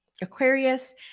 Aquarius